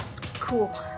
Cool